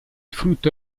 frutto